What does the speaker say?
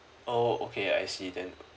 oh okay I see then